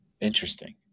Interesting